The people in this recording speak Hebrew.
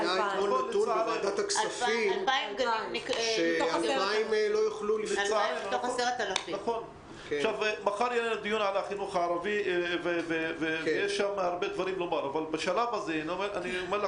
2,000 מתוך 10,000. כל